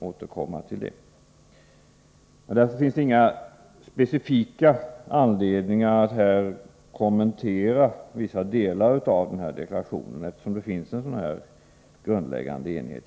Det finns således inga specifika anledningar att kommentera vissa delar av denna deklaration, eftersom det råder en grundläggande enighet.